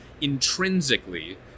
intrinsically